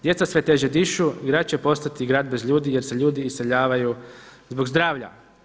Djeca sve teže dišu, grad će postati grad bez ljudi jer se ljudi iseljavaju zbog zdravlja.